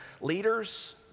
Leaders